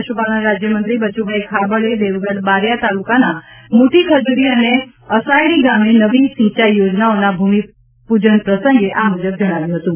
પશુ પાલન રાજ્યમંત્રી બચુભાઈ ખાબડે દેવગઢ બારીયા તાલુકાના મોટી ખજુરી અને અસાયડી ગામે નવી સિંચાઈ યોજનાઓના ભૂમિ પૂજન પ્રસંગે આ મુજબ જણાવ્યું હતું